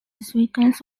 sequence